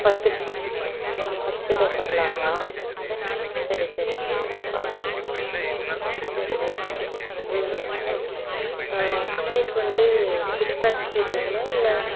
பத்து பத்து பேர் உக்கார்லாங்களா சரி சரிங்க சரி ஓகே ம்ம்ம் சீட் வந்துட்டு புஷ் பேக் சீட்டுங்களா இல்லை